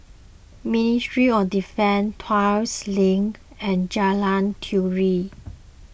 Ministry of Defence Tuas Link and Jalan Turi